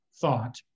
thought